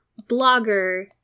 blogger